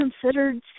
considered